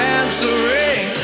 answering